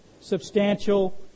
substantial